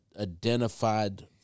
identified